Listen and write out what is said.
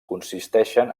consisteixen